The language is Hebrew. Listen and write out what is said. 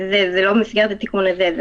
זה לא מופיע בתיקון הזה.